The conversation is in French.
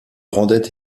rendait